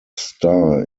star